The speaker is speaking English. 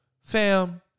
Fam